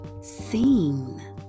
Seen